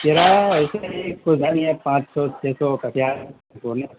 کرایہ ایسے ہی کچھ زیادہ نہیں پانچ سو چھ سو کا کیا ہے پورنیہ